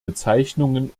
bezeichnungen